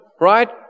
right